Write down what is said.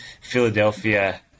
Philadelphia